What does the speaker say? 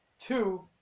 Two